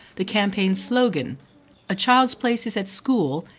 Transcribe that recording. the campaign's slogan a child's place is at school,